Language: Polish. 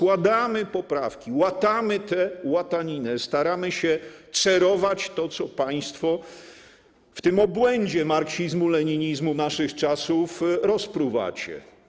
Łatamy tę łataninę, staramy się cerować to, co państwo w tym obłędzie marksizmu-leninizmu naszych czasów rozpruwacie.